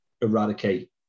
eradicate